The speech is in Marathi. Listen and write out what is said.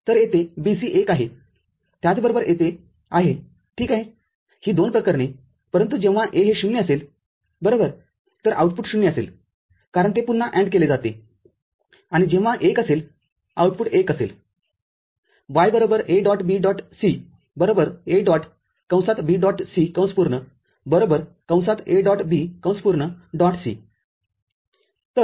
तर येथे BC १ आहे त्याचबरोबर येथे आहे ठीक आहे ही दोन प्रकरणेपरंतु जेव्हा A हे 0 असेल बरोबर तरआउटपुट० असेल कारण ते पुन्हा AND केले जाते आणि जेव्हा A १ असेल आउटपुट१ असेल